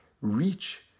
reach